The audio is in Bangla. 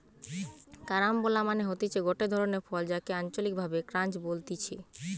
কারাম্বলা মানে হতিছে গটে ধরণের ফল যাকে আঞ্চলিক ভাষায় ক্রাঞ্চ বলতিছে